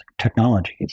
technologies